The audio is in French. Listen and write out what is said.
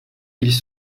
ils